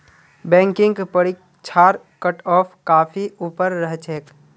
banking परीक्षार cutoff काफी ऊपर रह छेक